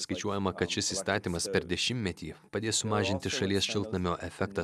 skaičiuojama kad šis įstatymas per dešimtmetį padės sumažinti šalies šiltnamio efektą